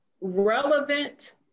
relevant